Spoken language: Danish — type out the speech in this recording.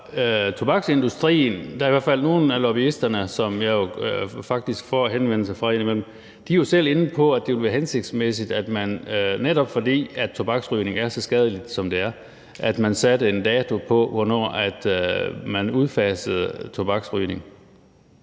Larsen (KF): Der er i hvert fald nogle af lobbyisterne i tobaksindustrien, som jeg faktisk får henvendelser fra indimellem, som selv er inde på, at det ville være hensigtsmæssigt, at man, netop fordi tobaksrygning er så skadeligt, som det er, satte en dato for, hvornår man ville udfase tobaksrygning.